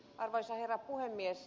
arvoisa herra puhemies